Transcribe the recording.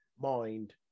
Mind